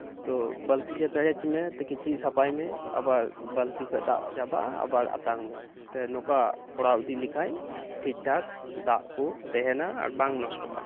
ᱛᱚ ᱵᱟᱹᱞᱛᱤ ᱨᱮᱜᱮ ᱯᱮᱨᱮᱡ ᱢᱮ ᱚᱱᱟᱛᱮ ᱠᱤᱪᱨᱤᱡ ᱥᱟᱯᱷᱟᱭ ᱢᱮ ᱟᱵᱟᱨ ᱵᱟᱹᱞᱛᱤ ᱠᱷᱚᱱ ᱫᱟᱜ ᱪᱟᱵᱟᱜᱼ ᱟ ᱟᱵᱟᱨ ᱟᱛᱟᱝ ᱢᱮ ᱛᱮ ᱱᱚᱝᱠᱟ ᱠᱚᱨᱟᱣ ᱤᱫᱤ ᱞᱮᱠᱷᱟᱱ ᱴᱷᱤᱠᱴᱷᱟᱠ ᱫᱟᱜ ᱠᱚ ᱛᱟᱦᱮᱱᱟ ᱟᱨ ᱵᱟᱝ ᱱᱚᱥᱴᱚᱜᱼᱟ